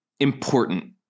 important